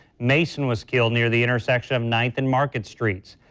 mason was killed near the intersection of nine thand market street.